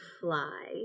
fly